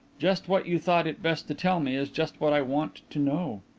just what you thought it best to tell me is just what i want to know.